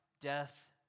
death